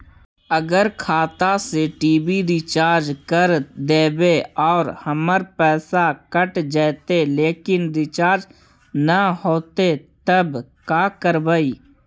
अगर खाता से टी.वी रिचार्ज कर देबै और हमर पैसा कट जितै लेकिन रिचार्ज न होतै तब का करबइ?